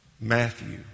Matthew